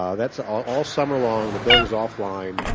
um that's ah all all summer long the buildings offline,